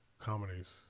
comedies